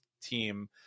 team